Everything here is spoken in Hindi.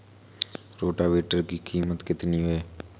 रोटावेटर की कीमत कितनी है?